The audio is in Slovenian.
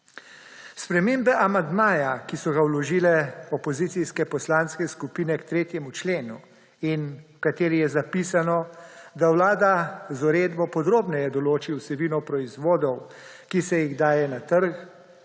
Spremembe amandmaja, ki so ga vložile opozicijske poslanske skupine k 3. členu in v kateri je zapisano, da Vlada z uredbo podrobneje določi vsebino proizvodov, ki se jih daje na trg,